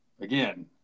again